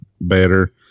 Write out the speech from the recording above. better